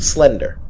Slender